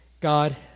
God